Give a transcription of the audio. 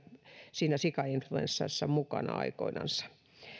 siinä sikainfluenssassa mukana aikoinansa